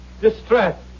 distress